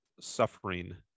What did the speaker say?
suffering